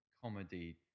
comedy